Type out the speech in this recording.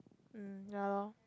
mm ya lor